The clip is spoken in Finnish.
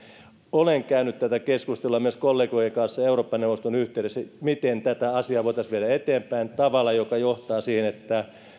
olen käynyt tätä keskustelua myös kollegojen kanssa eurooppa neuvoston yhteydessä että miten tätä asiaa voitaisiin viedä eteenpäin tavalla joka johtaa siihen että